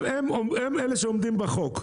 הם אלה שעומדים בחוק.